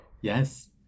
Yes